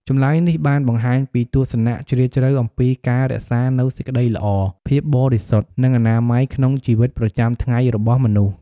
ចម្លើយនេះបានបង្ហាញពីទស្សនៈជ្រាលជ្រៅអំពីការរក្សានូវសេចក្តីល្អ ភាពបរិសុទ្ធ និងអនាម័យក្នុងជីវិតប្រចាំថ្ងៃរបស់មនុស្ស។